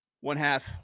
one-half